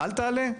אל תעלה?